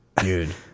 dude